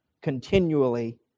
continually